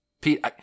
Pete